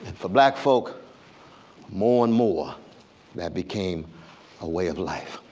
for black folk more and more that became a way of life.